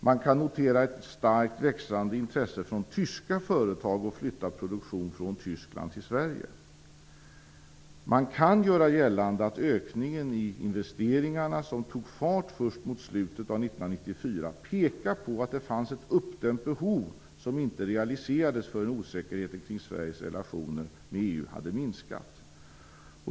Man kan notera ett starkt växande intresse från tyska företag att flytta produktion från Man kan göra gällande att ökningen i investeringarna, som tog fart först mot slutet av 1994, pekar på att det fanns ett uppdämt behov som inte realiserades förrän osäkerheten kring Sveriges relationer med EU hade minskat.